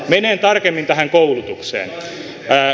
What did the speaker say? menen tarkemmin tähän koulutukseen